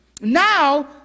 Now